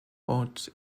haute